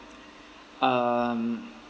um